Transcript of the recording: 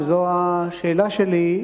וזו השאלה שלי,